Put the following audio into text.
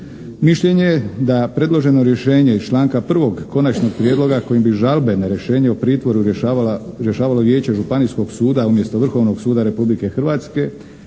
Mišljenje je da predloženo rješenje iz članka 1. konačnog prijedloga kojim bi žalbe na rješenje o pritvoru rješavalo vijeće županijskog suda umjesto Vrhovnog suda Republike Hrvatske,